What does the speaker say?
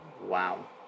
Wow